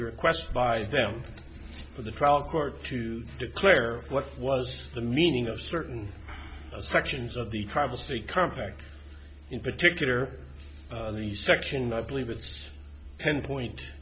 request by them for the trial court to declare what was the meaning of certain sections of the privacy contract in particular the section i believe it's ten point